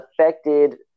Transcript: affected